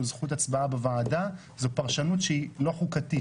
זכות הצבעה בוועדה זו פרשנות שהיא לא חוקתית.